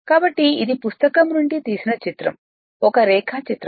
కాబట్టి ఇది పుస్తకం నుండి తీసిన చిత్రం ఒక రేఖాచిత్రం